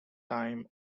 time